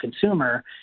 consumer